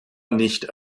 nicht